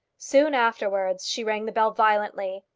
soon afterwards she rang the bell violently,